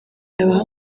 yabaha